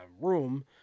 room